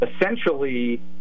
essentially